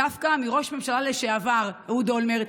דווקא מראש הממשלה לשעבר אהוד אולמרט,